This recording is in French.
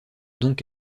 donc